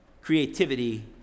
Creativity